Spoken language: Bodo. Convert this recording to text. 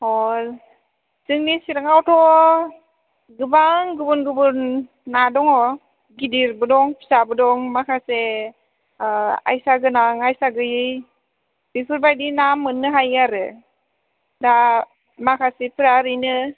अ जोंनि चिरांआवथ' गोबां गुबुन गुबुन ना दङ गिदिरबो दं फिसाबो दं माखासे आयसा गोनां आयसा गैयै बेफोरबायदि ना मोननो हायो आरो दा माखासेफोरा ओरैनो